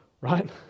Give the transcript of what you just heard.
right